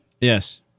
Yes